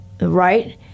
right